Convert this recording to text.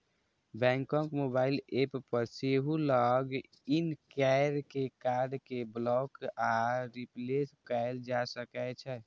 बैंकक mobile app पर सेहो लॉग इन कैर के कार्ड कें ब्लॉक आ रिप्लेस कैल जा सकै छै